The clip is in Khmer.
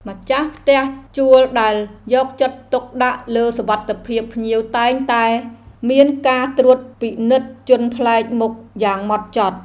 ម្ចាស់ផ្ទះជួលដែលយកចិត្តទុកដាក់លើសុវត្ថិភាពភ្ញៀវតែងតែមានការត្រួតពិនិត្យជនប្លែកមុខយ៉ាងហ្មត់ចត់។